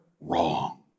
wrong